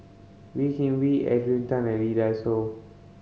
Wee Kim Wee Adrian Tan and Lee Dai Soh